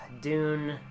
Dune